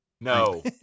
No